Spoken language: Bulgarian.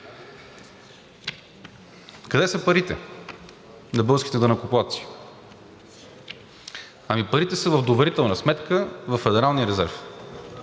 Къде са парите на българските данъкоплатци? Ами парите са в доверителна сметка във Федералния резерв